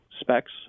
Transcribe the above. specs